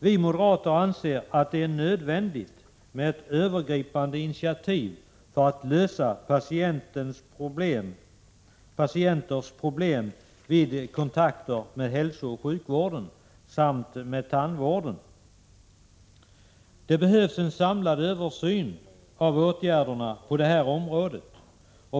Vi moderater anser att det är nödvändigt med övergripande initiativ för att lösa patientens problem vid kontakter med hälsooch sjukvården samt tandvården. Det behövs en samlad översyn av åtgärderna på detta område.